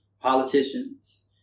politicians